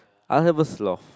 I will have a Sloth